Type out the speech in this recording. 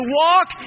walk